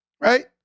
Right